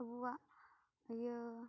ᱟᱵᱚᱣᱟᱜ ᱤᱭᱟᱹ